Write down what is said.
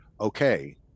okay